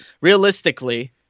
realistically